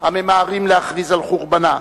הממהרים להכריז על חורבנה,